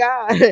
God